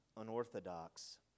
unorthodox